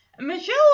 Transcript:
Michelle